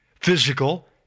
physical